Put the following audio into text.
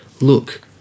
look